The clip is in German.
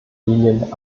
linien